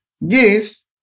Yes